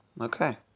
Okay